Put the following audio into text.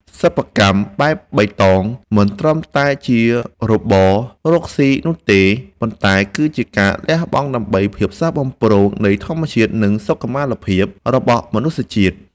សិប្បកម្មបែបបៃតងមិនត្រឹមតែជារបរកស៊ីនោះទេ ប៉ុន្តែ គឺជាការលះបង់ដើម្បីភាពស្រស់បំព្រងនៃធម្មជាតិ និង សុខមាលភាពរបស់មនុស្សជាតិ។